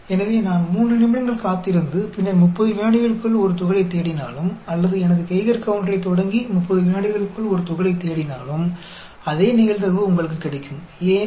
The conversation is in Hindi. इसलिए चाहे मैं 3 मिनट तक प्रतीक्षा करूं और फिर 30 सेकंड के भीतर एक कण की तलाश करूं या मैं अपना गीगर काउंटर शुरू करूं और 30 सेकंड के भीतर एक कण की तलाश करूं आपको समान प्रोबेबिलिटी मिलेगी